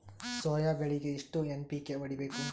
Soya ಬೆಳಿಗಿ ಎಷ್ಟು NPK ಹೊಡಿಬೇಕು?